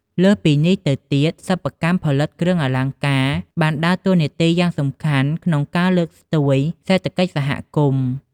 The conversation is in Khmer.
លើសពីនេះទៅទៀតសិប្បកម្មផលិតគ្រឿងអលង្ការបានដើរតួរយ៉ាងសំខាន់ក្នុងការលើកស្ទួយសេដ្ធកិច្ចសហគមន៏។